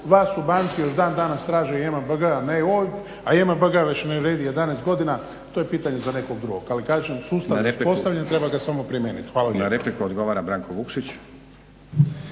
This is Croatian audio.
vas u banci još dan danas traže JMBG a ne OIB a JMBG već ne vrijedi 11 godina, to je pitanje za nekog drugog. Ali kažem sustav je uspostavljen, treba ga samo promijeniti. Hvala lijepo. **Stazić,